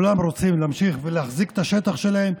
כולם רוצים להמשיך להחזיק את השטח שלהם.